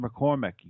McCormick